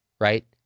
right